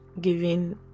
giving